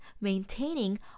maintaining